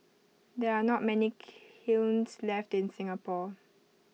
there are not many kilns left in Singapore